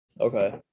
okay